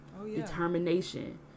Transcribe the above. determination